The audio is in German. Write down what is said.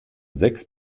sechs